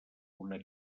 una